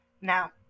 Now